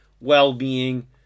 well-being